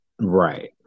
Right